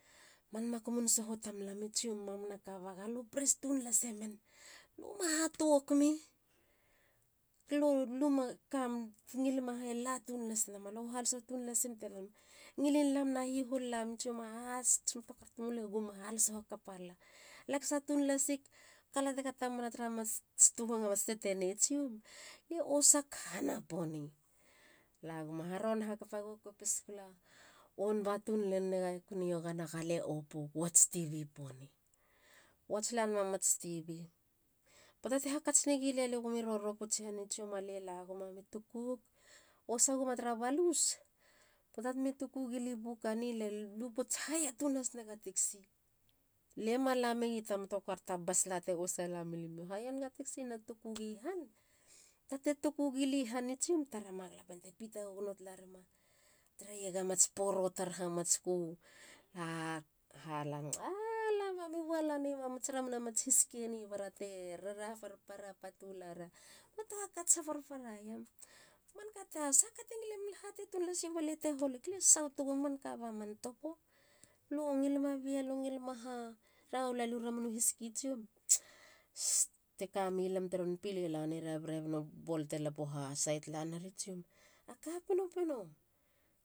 Man makumun soho tamlam i tsiom. mamana ka galue press tun lase men. luma hatwok mi lue ngilima ha e la tun lasina te lanama. ngilin lam na hihol lam tsiom ats moto car tam lue gum hahaloso hakapa lala. lakasa tun lasig. kalatega tamana tara mats tu hongo amats tetenei tsiom lie osak hama poni. la guma. haron hakapa go. kopis gula. on ba tuneiega air con ia iogana. galie opug. watch tv poni. watch lanema mats tv. Poata te hakats negi lia legomi roro pouts laie hani tsiom ga lie laguma mi tkug. osa guma tara balus. poata temi tukugi lia i buka ni. lie lu pouts. hire tun hasnega taxi. lie ma lamegi ta motor car. ta bus la te osa mi limio. hire nega taxi na tukugi han. poata te tukugi lia han i tsiom. taram ba galapien te pita gugono talarima. tareiega mats poro tar hamatsku h. lamuma mi wa laneiem a mats ramun amats hiski eni barte raraha parpara patu lara. moatu hakats ha parpara iam. manka te sahaka te ngile milimio. hatei tun lasi balia te holig. lie saut go, manka ba man topo. lue ngilema beer. lue ngilem aha? Ra hol ro. ramun u hiski tsiom. tekami lam teron pile neriu berebana ball te lapo ha sait lanaieri tsiom aka pinpino